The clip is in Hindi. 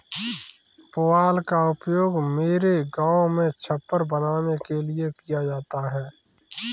पुआल का उपयोग मेरे गांव में छप्पर बनाने के लिए किया जाता है